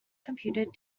computer